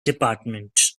department